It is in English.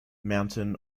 mountain